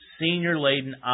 senior-laden